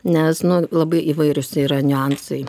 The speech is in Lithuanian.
nes nu labai įvairius yra niuansai